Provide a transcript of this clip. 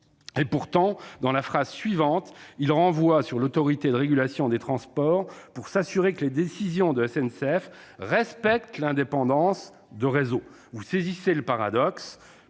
». Pourtant, dans la phrase suivante, M. Euzet renvoie sur l'Autorité de régulation des transports pour s'assurer que les décisions de la SNCF respectent l'indépendance de SNCF Réseau. Vous saisissez le paradoxe,